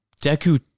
Deku